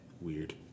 Weird